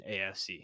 AFC